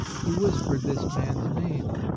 he whispered this man's name.